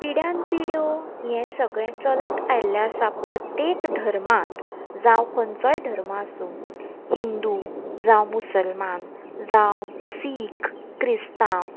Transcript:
पिड्याान पिड्यो हें सगळें चलत आयिल्ले आसा प्रत्येक धर्मांत जावं खंयचोय धर्म आसूं हिंदू जावं मुसलमान जावं सीख क्रिस्तांव